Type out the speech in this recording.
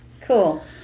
cool